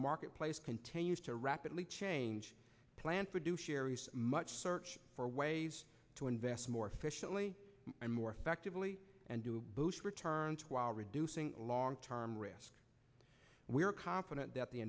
marketplace continues to rapidly change plans produce much search for ways to invest more efficiently and more effectively and to boost returns while reducing long term risk we are confident that the